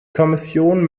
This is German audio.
kommission